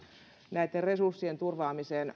näitten resurssien turvaamiseen